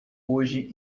hoje